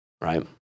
right